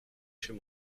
chez